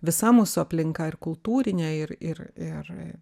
visa mūsų aplinka ir kultūrinė ir ir ir